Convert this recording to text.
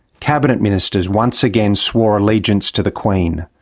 cabinet ministers once again swore allegiance to the queen.